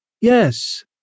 Yes